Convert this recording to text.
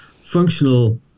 functional